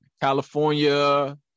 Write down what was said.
California